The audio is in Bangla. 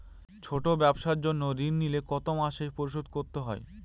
ছোট ব্যবসার জন্য ঋণ নিলে কত মাসে পরিশোধ করতে হয়?